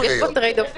יש פה טריידאופים.